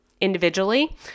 individually